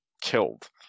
killed